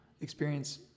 experience